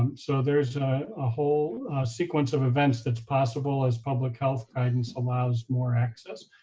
um so there's a whole sequence of events that's possible as public health guidance allows more access.